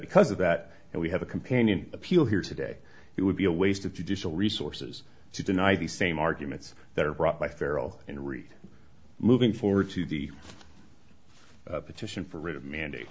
because of that and we have a companion appeal here today it would be a waste of judicial resources to deny the same arguments that are brought by farrel and read moving forward to the petition for writ of manda